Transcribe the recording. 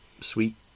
sweet